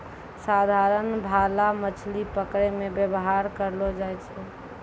साधारण भाला मछली पकड़ै मे वेवहार करलो जाय छै